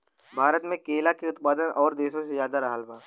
भारत मे केला के उत्पादन और देशो से ज्यादा रहल बा